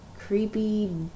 Creepy